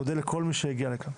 אני מודה לכל מי שהגיע לכאן,